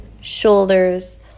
shoulders